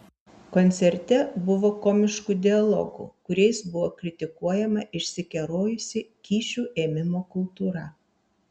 koncerte buvo komiškų dialogų kuriais buvo kritikuojama išsikerojusi kyšių ėmimo kultūra